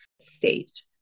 state